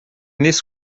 this